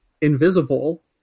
invisible